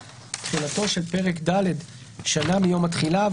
תחילתו של פרק ד' שנה מיום התחילה,